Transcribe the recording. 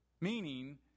Meaning